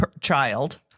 child